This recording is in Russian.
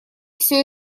все